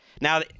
Now